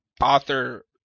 author